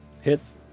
Hits